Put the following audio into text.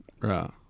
Right